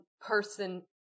person